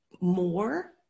more